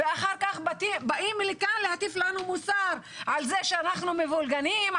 ואחר כך באים לכאן להטיף לנו מוסר על זה שאנחנו מבולגנים,